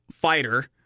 Fighter